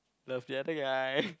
love you I think I